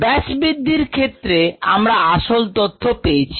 batch বৃদ্ধির ক্ষেত্রে আমরা আসল তথ্য দেখেছি